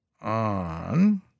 on